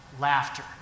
laughter